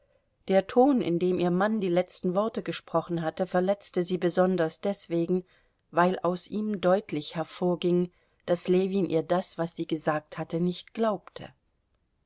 der ton in dem ihr mann die letzten worte gesprochen hatte verletzte sie besonders deswegen weil aus ihm deutlich hervorging daß ljewin ihr das was sie gesagt hatte nicht glaubte